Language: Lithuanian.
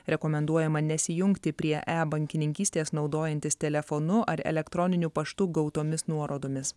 rekomenduojama nesijungti prie e bankininkystės naudojantis telefonu ar elektroniniu paštu gautomis nuorodomis